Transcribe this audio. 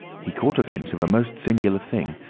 he caught a glimpse of a most singular thing,